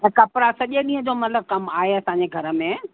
ऐं कपिड़ा सॼे ॾींहं जो मतिलबु कमु आहे असांजे घर में